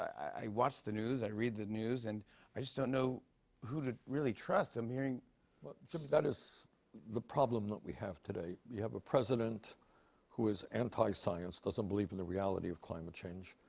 i watch the news. i read the news. and i just don't know who to really trust. i'm hearing but that is the problem that we have today. we have a president who is anti-science, doesn't believe in the reality of climate change,